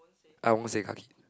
I want to say kaki